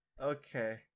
Okay